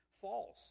false